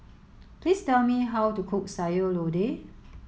please tell me how to cook Sayur Lodeh